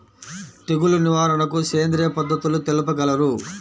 తెగులు నివారణకు సేంద్రియ పద్ధతులు తెలుపగలరు?